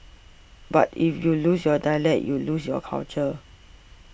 but if you lose your dialect you lose your culture